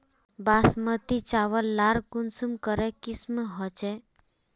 बासमती चावल लार कुंसम करे किसम होचए?